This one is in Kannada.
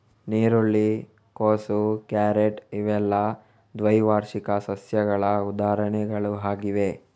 ನೀರುಳ್ಳಿ, ಕೋಸು, ಕ್ಯಾರೆಟ್ ಇವೆಲ್ಲ ದ್ವೈವಾರ್ಷಿಕ ಸಸ್ಯಗಳ ಉದಾಹರಣೆಗಳು ಆಗಿವೆ